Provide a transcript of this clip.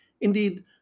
Indeed